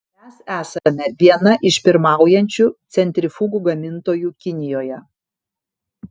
mes esame viena iš pirmaujančių centrifugų gamintojų kinijoje